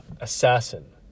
assassin